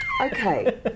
Okay